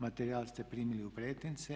Materijal ste primili u pretince.